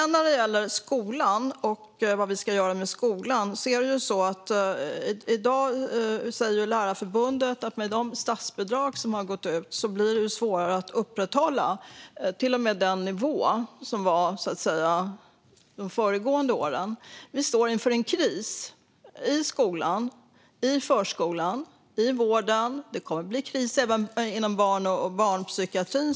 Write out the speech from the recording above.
När det gäller skolan och vad vi ska göra med den säger Sveriges Lärare att det med de statsbidrag som har gått ut blir svårare att upprätthålla till och med den nivå som fanns under de föregående åren. Vi står inför en kris i skolan, i förskolan och i vården. Det kommer att bli kris även inom barn och barnpsykiatrin.